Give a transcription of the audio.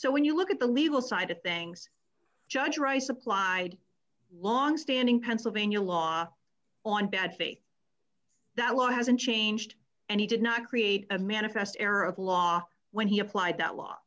so when you look at the legal side of things judge rice applied longstanding pennsylvania law on bad faith that law hasn't changed and he did not create a manifest error of law when he applied that law